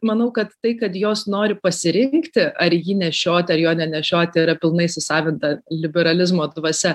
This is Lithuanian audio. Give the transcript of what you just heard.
manau kad tai kad jos nori pasirinkti ar jį nešioti ar jo nenešioti yra pilnai įsisavinta liberalizmo dvasia